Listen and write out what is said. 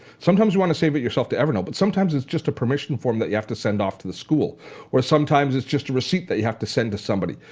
sometimes you want to save it yourself to evernote but sometimes it's just a permission form that you have to send off to the school or sometimes it's just a receipt that you have to send to somebody.